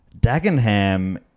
Dagenham